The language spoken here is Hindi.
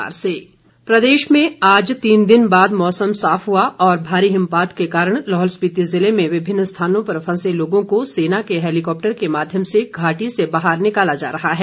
मुख्यमंत्री प्रदेश में आज तीन दिन बाद मौसम साफ हुआ है और भारी हिमपात के कारण लाहौल स्पिति जिले में विभिन्न स्थानों पर फंसे लोगों को सेना के हैलीकाप्टर के माध्यम से घाटी से बाहर निकाला जा रहा है